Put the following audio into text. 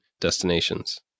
destinations